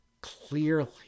clearly